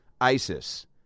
Isis